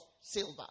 silver